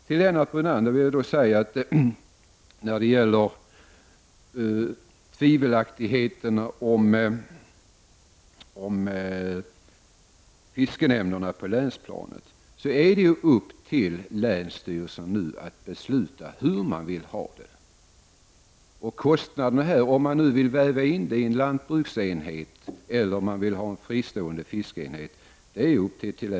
Till Lennart Brunander vill jag säga att när det gäller tveksamheten inför fiskenämnderna på länsplanet är det upp till länsstyrelsen att besluta hur man vill ha det. Det är upp till länsstyrelsen att avgöra om man vill väva in fiskenämnden i en lantbruksenhet eller om man vill ha en fristående fiskeenhet.